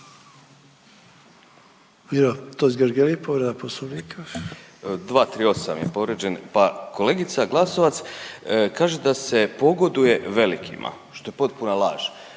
**Totgergeli, Miro (HDZ)** 238. je povrijeđen, pa kolegica Glasovac kaže da se pogoduje velikima što je potpuna laž.